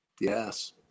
Yes